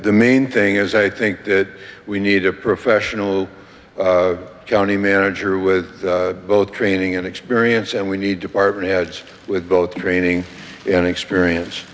the main thing is i think that we need a professional county manager with both training and experience and we need department heads with both training and experience